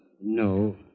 no